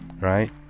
right